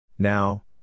Now